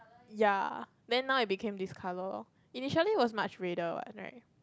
ya then now it became this colour lor initially was much redder what right